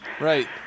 Right